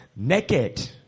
naked